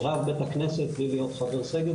ורב בית הכנסת בלי להיות חבר סגל,